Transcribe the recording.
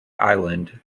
island